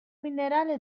minerale